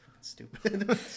stupid